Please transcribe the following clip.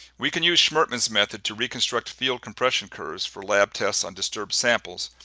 we can use schmertmann's method to reconstruct field compression curves for lab tests on disturbed samples.